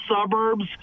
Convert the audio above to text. suburbs